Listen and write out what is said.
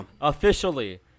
Officially